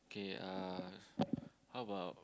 okay uh how about